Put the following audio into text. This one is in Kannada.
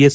ಎಸ್